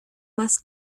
más